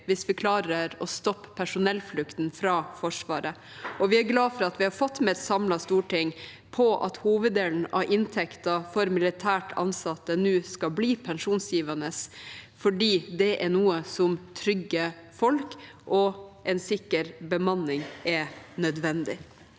hvis vi klarer å stoppe personellflukten fra Forsvaret. Vi er glade for at vi har fått med et samlet Storting på at hoveddelen av inntekten for militært ansatte nå skal bli pensjonsgivende, for det er noe som trygger folk, og en sikker bemanning er nødvendig.